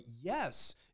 yes